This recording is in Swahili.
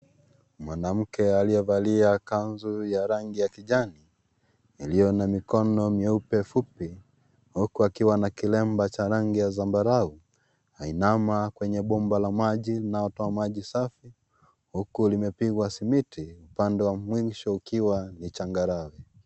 Mwanamke aliyevalia kanzu ya rangi ya kijani, iliyo na mikono nyeupe fupi. Huku akiwa na kilemba cha rangi ya zambara. Hainama kwenye bomba la maji linalotoa maji safi. Huku limepigwa simiti upande wa mwisho ukiwa ni changarau.